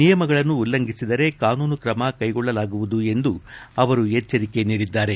ನಿಯಮಗಳನ್ನು ಉಲ್ಲಂಘಿಸಿದರೆ ಕಾನೂನು ಕ್ರಮ ಕ್ಷೆಗೊಳ್ಳಲಾಗುವುದು ಎಂದು ಅವರು ಎಚ್ಚರಿಕೆ ನೀಡಿದ್ದಾರೆ